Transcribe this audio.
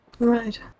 Right